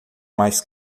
mais